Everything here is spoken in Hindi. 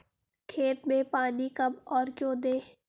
खेत में पानी कब और क्यों दें?